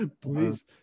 please